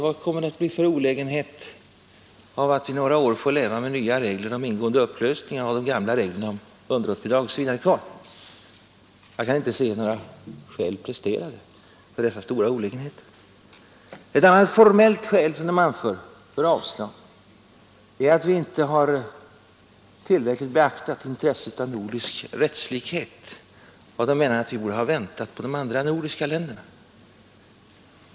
Vad kommer det att bli för olägenheter av att vi några år får leva med nya regler om ingående och upplösning av äktenskap och har de gamla reglerna om underhållsbidrag kvar? Jag kan inte se att några bevis har presterats för de stora olägenheter som skulle uppkom ma av det. Ett annat formellt skäl som moderaterna anfört för avslag är att vi inte har tillräckligt beaktat intresset av nordisk rättslikhet. De menar att vi borde ha väntat på de andra nordiska länderna.